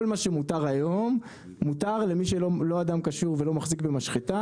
כל מה שמותר היום מותר למי שלא אדם קשור ולא מחזיק במשחטה,